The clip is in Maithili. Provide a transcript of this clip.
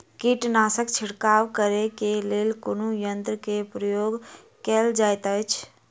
कीटनासक छिड़काव करे केँ लेल कुन यंत्र केँ प्रयोग कैल जाइत अछि?